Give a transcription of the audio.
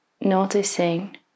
noticing